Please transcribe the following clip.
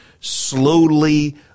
slowly